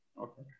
Okay